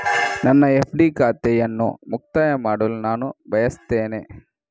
ನನ್ನ ಎಫ್.ಡಿ ಖಾತೆಯನ್ನು ಮುಕ್ತಾಯ ಮಾಡಲು ನಾನು ಬಯಸ್ತೆನೆ